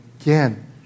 again